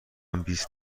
بیست